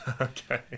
okay